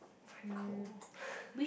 very cold